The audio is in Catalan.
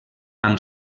amb